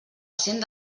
cent